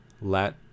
let